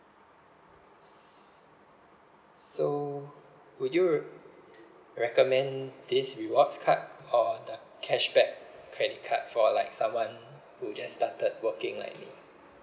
s~ so would you r~ recommend this rewards card or the cashback credit card for like someone who just started working like me